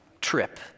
trip